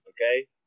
Okay